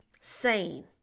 sane